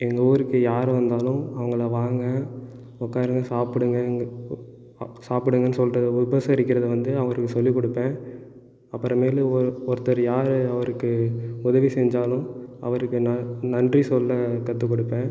எங்கள் ஊருக்கு யார் வந்தாலும் அவங்கள வாங்க உட்காருங்க சாப்பிடுங்க சாப்பிடுங்கன்னு சொல்கிற உபசரிக்கிறத வந்து அவருக்கு சொல்லி கொடுப்ப அப்புறமேலு ஒரு ஒருத்தர் யார் அவருக்கு உதவி செஞ்சாலும் அவருக்கு நன் நன்றி சொல்ல கற்று கொடுப்பேன்